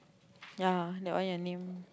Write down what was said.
ya that one your name